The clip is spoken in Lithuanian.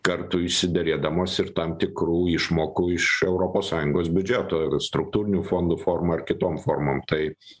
kartu išsiderėdamos ir tam tikrų išmokų iš europos sąjungos biudžeto struktūrinių fondų forma ir kitom formom tai